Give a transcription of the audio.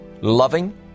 loving